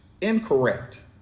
incorrect